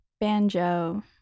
Banjo